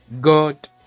God